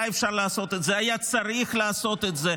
היה אפשר לעשות את זה, היה צריך לעשות את זה.